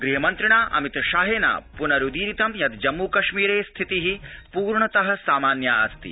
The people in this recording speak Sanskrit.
गृहमन्त्रिणा अमित शाहेन पुनरुदीरितं यत् जम्मू कश्मीरे स्थिति पूर्णत सामान्या अस्ति